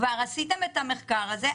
כבר עשיתם את המחקר הזה,